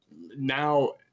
now